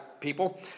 people